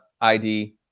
ID